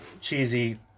cheesy